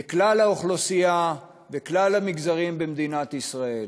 לכלל האוכלוסייה, לכלל המגזרים במדינת ישראל.